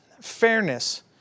fairness